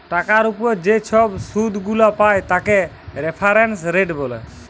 টাকার উপর যে ছব শুধ গুলা পায় তাকে রেফারেন্স রেট ব্যলে